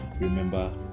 remember